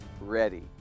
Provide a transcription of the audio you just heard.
ready